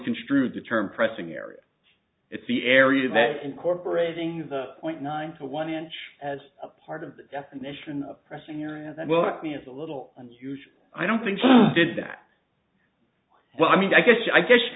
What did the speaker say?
construed the term pressing area it's the area that incorporating the point nine four one inch as part of the definition of pressing area that well me is a little unusual i don't think you did that well i mean i guess i guess